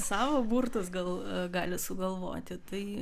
savo burtus gal gali sugalvoti tai